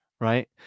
right